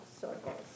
circles